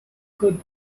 could